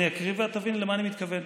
אני אקריא ואת תביני למה אני מתכוון.